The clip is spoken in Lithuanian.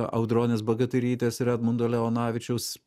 audronės bagatyrytės ir edmundo leonavičiaus